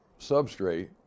substrate